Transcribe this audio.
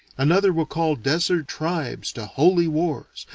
another will call desert tribes to holy wars,